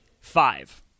Five